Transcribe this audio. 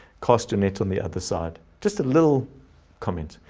cast in it on the other side, just a little comment.